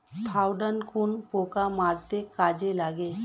Thiodan কোন পোকা মারতে কাজে লাগে?